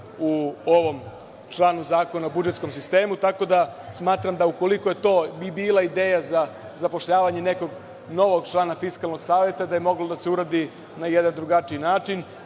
u ovom članu Zakona o budžetskom sistemu. Smatram da je, ukoliko bi to bila ideja za zapošljavanje nekog novog člana Fiskalnog saveta, moglo da se uradi na jedan drugačiji način.